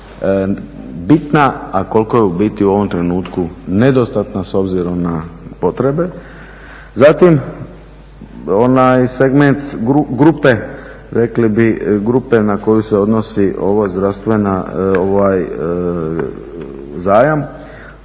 bitna a koliko je u biti u ovom trenutku nedostatna s obzirom na potrebe. Zatim onaj segment grupe, rekli bi grupe na koju se odnosi ovo zdravstvena,